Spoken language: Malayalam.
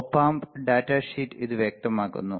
Op amp ഡാറ്റ ഷീറ്റ് ഇത് വ്യക്തമാക്കുന്നു